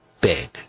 big